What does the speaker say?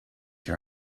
your